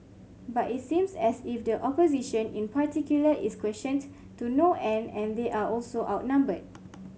but it seems as if the opposition in particular is questioned to no end and they're also outnumbered